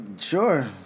Sure